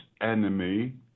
enemy